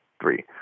three